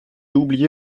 oublié